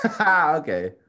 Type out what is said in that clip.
Okay